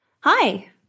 Hi